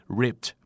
ripped